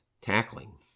tackling